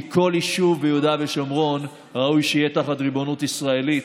כי כל יישוב ביהודה ושומרון ראוי שיהיה תחת ריבונות ישראלי,